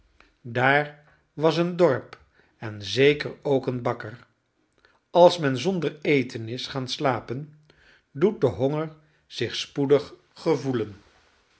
daar was een dorp en zeker ook een bakker als men zonder eten is gaan slapen doet de honger zich spoedig gevoelen